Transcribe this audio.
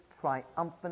triumphant